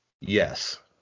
Yes